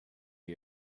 air